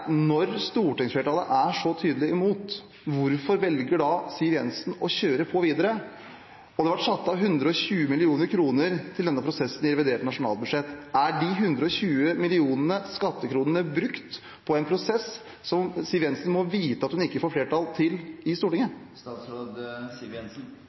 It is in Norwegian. så tydelig imot, hvorfor velger da Siv Jensen å kjøre på videre? Det har vært satt av 120 mill. kr til denne prosessen i revidert nasjonalbudsjett. Er de 120 millionene skattekronene brukt på en prosess som Siv Jensen må vite at hun ikke får flertall for i Stortinget?